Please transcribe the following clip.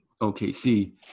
OKC